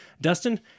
Dustin